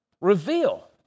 reveal